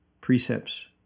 precepts